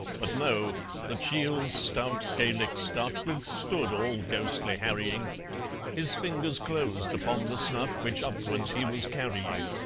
but no the chiel's stout gaelic stuff withstood all ghostly harrying his fingers closed upon the snuff which upwards he was carrying.